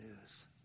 news